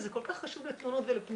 וזה כל כך חשוב לפניות ולתלונות,